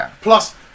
Plus